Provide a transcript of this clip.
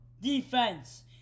defense